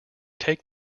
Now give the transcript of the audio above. take